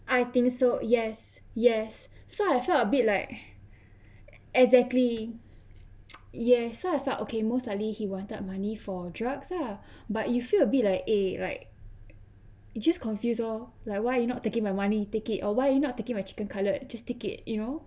I think so yes yes so I felt a bit like exactly yes so I felt okay most likely he wanted money for drugs ah but you feel a bit like eh like it just confused oh like why you not taking my money you take it or why you not taking my chicken cutlet just take it you know